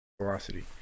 velocity